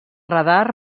radar